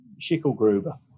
Schickelgruber